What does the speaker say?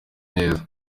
neza